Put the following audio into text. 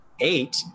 Eight